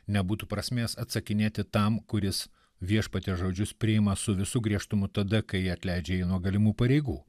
nebūtų prasmės atsakinėti tam kuris viešpaties žodžius priima su visu griežtumu tada kai jie atleidžia jį nuo galimų pareigų